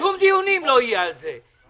שום דיונים לא יהיה על זה.